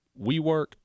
WeWork